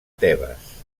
tebes